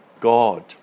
God